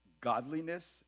godliness